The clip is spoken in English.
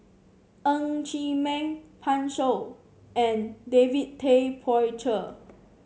Ng Chee Meng Pan Shou and David Tay Poey Cher